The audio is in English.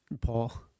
paul